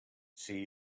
see